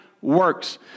works